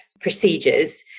procedures